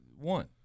one